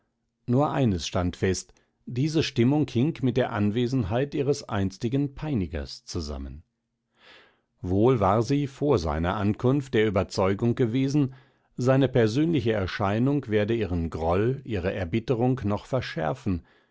nur eines stand fest diese stimmung hing mit der anwesenheit ihres einstigen peinigers zusammen wohl war sie vor seiner ankunft der ueberzeugung gewesen seine persönliche erscheinung werde ihren groll ihre erbitterung noch verschärfen